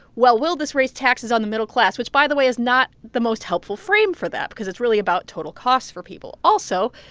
well, will this raise taxes on the middle class, which, by the way, is not the most helpful frame for that because it's really about total costs for people. also,